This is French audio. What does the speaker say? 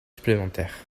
supplémentaires